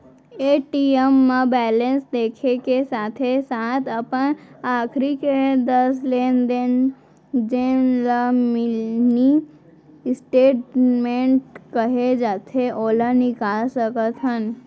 ATM म balance देखे के साथे साथ अपन आखरी के दस लेन देन जेन ल मिनी स्टेटमेंट कहे जाथे ओला निकाल सकत हन